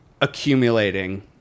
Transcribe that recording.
accumulating